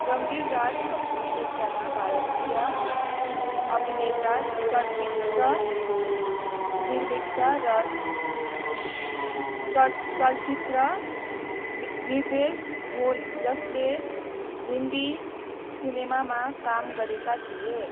रणधीर राज कपुर एकजना भारतीय अभिनेता चलचित्र निर्माता र चल चलचित्र नि निर्देश हुन् जसले हिन्दी सिनेमामा काम गरेका थिए